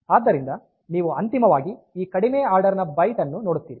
ಆದ್ದರಿಂದ ನೀವು ಅಂತಿಮವಾಗಿ ಈ ಕಡಿಮೆ ಆರ್ಡರ್ ನ ಬೈಟ್ ಅನ್ನು ನೋಡುತ್ತೀರಿ